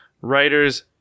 writers